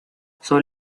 son